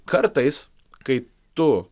kartais kai tu